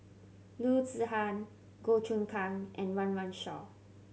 Loo Zihan Goh Choon Kang and Run Run Shaw